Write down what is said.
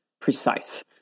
precise